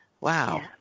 wow